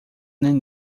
nem